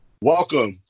welcome